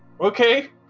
Okay